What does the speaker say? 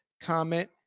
comment